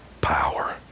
power